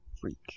freak